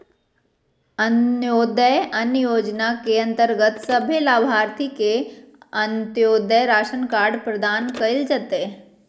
अंत्योदय अन्न योजना के अंतर्गत सभे लाभार्थि के अंत्योदय राशन कार्ड प्रदान कइल जयतै